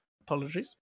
Apologies